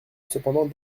cependant